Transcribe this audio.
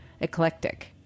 eclectic